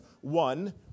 one